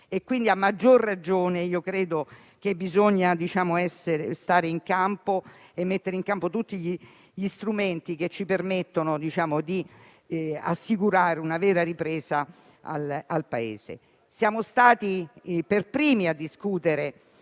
e quindi, a maggior ragione, bisogna mettere in campo tutti gli strumenti che ci permettono di assicurare una vera ripresa al Paese. Siamo stati i primi a discutere